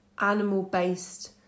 animal-based